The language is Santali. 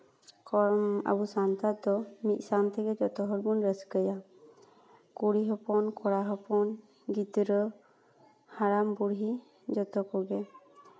ᱟᱵᱚ ᱥᱟᱱᱛᱟᱲ ᱫᱚ ᱢᱤᱫ ᱥᱟᱣ ᱛᱮᱜᱮ ᱡᱚᱛᱚ ᱦᱚᱲ ᱵᱚᱱ ᱨᱟᱹᱥᱠᱟᱹᱭᱟ ᱠᱩᱲᱤ ᱦᱚᱯᱚᱱ ᱠᱚᱲᱟ ᱦᱚᱯᱚᱱ ᱜᱤᱫᱽᱨᱟᱹ ᱦᱟᱲᱟᱢᱼᱵᱩᱰᱦᱤ ᱡᱚᱛᱚ ᱠᱚᱜᱮ